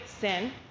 sin